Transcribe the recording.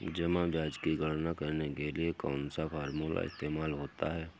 जमा ब्याज की गणना करने के लिए कौनसा फॉर्मूला इस्तेमाल होता है?